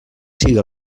siga